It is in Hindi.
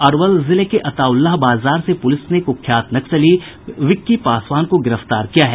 अरवल जिले के अत्ताउल्लह बाजार से पूलिस ने कूख्यात नक्सली विक्की पासवान को गिरफ्तार कर लिया है